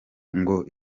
ngo